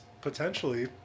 potentially